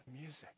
music